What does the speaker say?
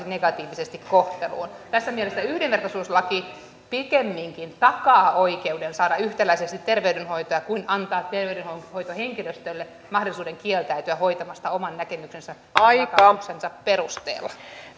negatiivisesti kohteluun tässä mielessä yhdenvertaisuuslaki pikemminkin takaa oikeuden saada yhtäläisesti terveydenhoitoa kuin antaa terveydenhoitohenkilöstölle mahdollisuuden kieltäytyä hoitamasta oman näkemyksensä ja vakaumuksensa perusteella